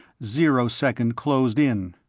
zero second closed in.